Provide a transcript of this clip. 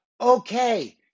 Okay